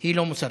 היא לא מוסרית.